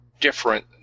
different